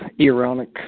ironic